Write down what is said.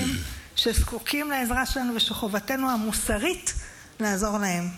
שזקוקים לעזרה שלנו ושחובתנו המוסרית לעזור להם.